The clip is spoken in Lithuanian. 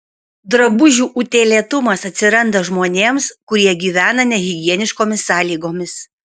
drabužių utėlėtumas atsiranda žmonėms kurie gyvena nehigieniškomis sąlygomis